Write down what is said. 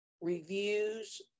reviews